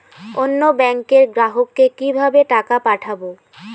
অন্য ব্যাংকের গ্রাহককে কিভাবে টাকা পাঠাবো?